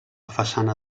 façana